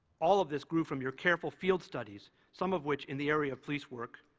all of this grew from your careful field studies, some of which, in the area of police work,